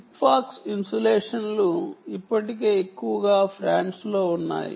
Sigfox ఇన్సులేషన్లు ఇప్పటికే ఎక్కువగా ఫ్రాన్స్లో ఉన్నాయి